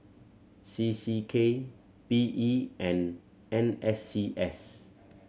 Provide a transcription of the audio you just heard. C C K P E and N S C S